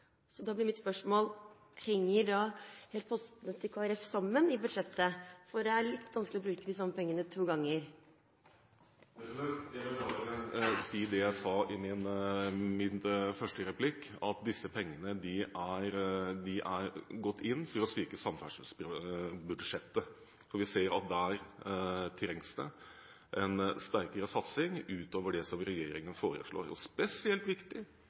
så pengene blir, slik jeg ser det, brukt to ganger. Da blir mitt spørsmål: Henger postene i Kristelig Folkepartis budsjett sammen? Det er litt vanskelig å bruke de samme pengene to ganger. Jeg vil bare si det jeg sa i min første replikk, at disse pengene er gått inn for å styrke samferdselsbudsjettet, for vi ser at der trengs det en sterkere satsing utover det som regjeringen foreslår. Spesielt viktig